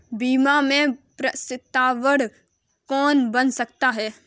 बीमा में प्रस्तावक कौन बन सकता है?